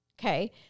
Okay